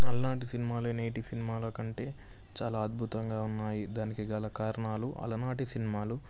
అలనాటి సినిమాలు నేటి సినిమాల కంటే చాలా అద్భుతంగా ఉన్నాయి దానికి గల కారణాలు అలనాటి సినిమాలు